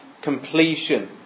completion